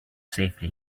safely